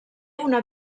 una